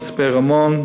במצפה-רמון,